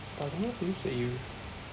I don't know how to use the eraser